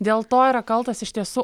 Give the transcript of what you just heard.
dėl to yra kaltas iš tiesų